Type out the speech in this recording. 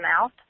mouth